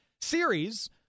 series